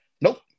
Nope